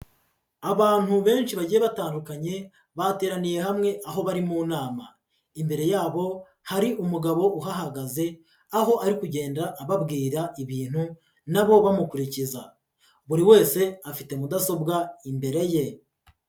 Abantu benshi bagiye batandukanye, bateraniye hamwe aho bari mu nama, imbere yabo hari umugabo uhagaze, aho ari kugenda ababwira ibintu na bo bamukurikiza, buri wese afite mudasobwa imbere ye.